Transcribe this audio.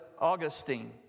Augustine